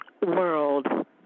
world